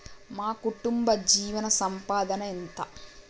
మా కుటుంబ జీవన సంపాదన ఎంత?